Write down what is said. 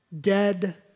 Dead